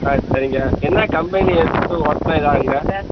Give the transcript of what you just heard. ஆ சரிங்க என்ன கம்பெனி எடுத்து ஓட்டினா இது ஆகுங்க